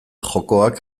jokoak